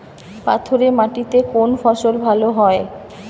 পাথরে মাটিতে কোন ফসল ভালো হয়?